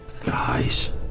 guys